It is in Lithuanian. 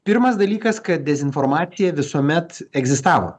pirmas dalykas kad dezinformacija visuomet egzistavo